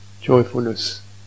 joyfulness